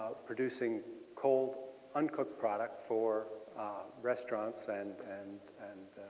produceing cold uncooked product for restaurants and and and